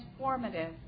transformative